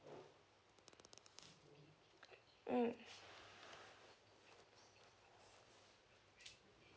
mm